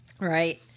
right